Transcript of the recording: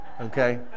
Okay